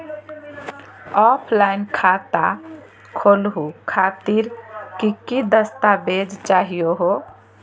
Offline खाता खोलहु खातिर की की दस्तावेज चाहीयो हो?